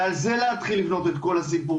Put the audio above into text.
ועל זה להתחיל לבנות את כל הסיפור.